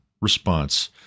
response